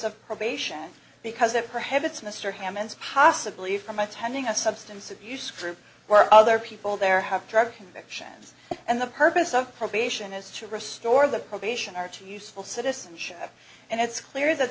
of probation because it perhaps it's mr hammond's possibly from attending a substance abuse group where other people there have tried convictions and the purpose of probation is to restore the probation are to useful citizenship and it's clear that